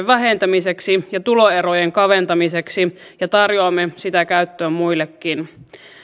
vähentämiseksi ja tuloerojen kaventamiseksi ja tarjoamme sitä käyttöön muillekin